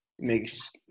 Makes